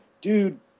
dude